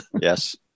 Yes